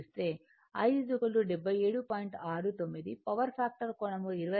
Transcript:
69 power factor కోణం 22